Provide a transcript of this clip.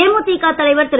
தேமுதிக தலைவர் திரு